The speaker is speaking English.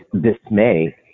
dismay